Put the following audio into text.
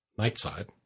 nightside